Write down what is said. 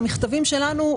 למכתבים שלנו,